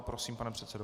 Prosím, pane předsedo.